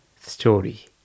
story